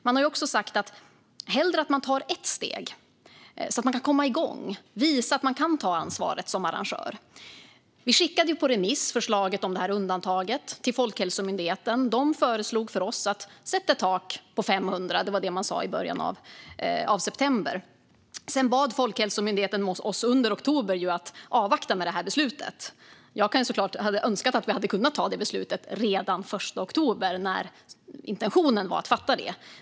Man har också sagt att man hellre tar i alla fall ett steg, så att man kan komma igång och visa att man kan ta ansvaret som arrangör. Vi skickade förslaget om undantag på remiss till Folkhälsomyndigheten. De föreslog att ett tak på 500 skulle sättas. Det sa de i början av september. Sedan bad Folkhälsomyndigheten oss under oktober att avvakta med beslutet. Jag önskar såklart att vi hade kunnat ta beslutet redan den 1 oktober, då intentionen var att fatta det.